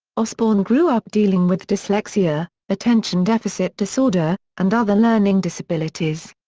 osbourne grew up dealing with dyslexia, attention deficit disorder, and other learning disabilities.